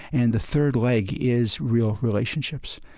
and the third leg is real relationships.